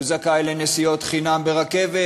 הוא זכאי לנסיעות חינם ברכבת,